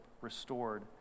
restored